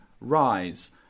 rise